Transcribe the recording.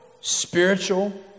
spiritual